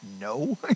No